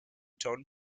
tone